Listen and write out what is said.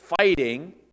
fighting